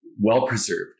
well-preserved